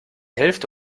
hälfte